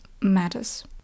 matters